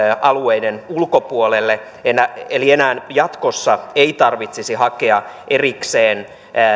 alueiden ulkopuolelle eli eli enää jatkossa ei tarvitsisi hakea erikseen